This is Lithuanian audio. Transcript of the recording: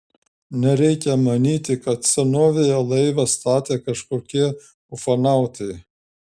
nereikia manyti kad senovėje laivą statė kažkokie ufonautai